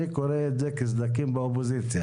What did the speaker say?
אני קורא את זה כסדקים באופוזיציה.